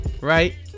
right